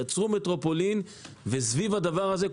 יצרו מטרופולין וסביב הדבר הזה,